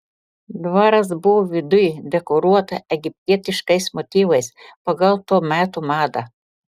dvaras buvo viduj dekoruotas egiptietiškais motyvais pagal to meto madą